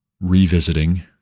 Revisiting